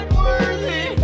worthy